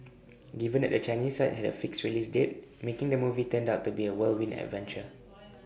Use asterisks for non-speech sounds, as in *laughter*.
given that the Chinese side had A fixed release date making the movie turned out to be A whirlwind adventure *noise*